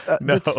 No